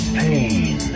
pain